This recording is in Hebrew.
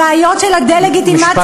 הבעיות של הדה-לגיטימציה,